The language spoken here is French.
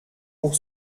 pour